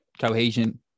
cohesion